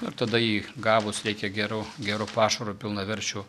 na tada jį gavus reikia geru geru pašaru pilnaverčiu